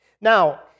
Now